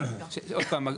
עוד פעם,